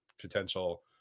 potential